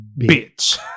bitch